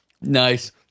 Nice